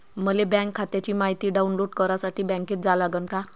मले बँक खात्याची मायती डाऊनलोड करासाठी बँकेत जा लागन का?